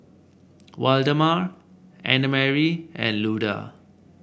Waldemar Annamarie and Luda